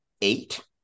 eight